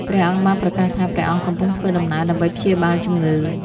ព្រះអង្គបានប្រកាសថា ព្រះអង្គកំពុងធ្វើដំណើរដើម្បីព្យាបាលជំងឺ។